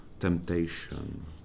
temptation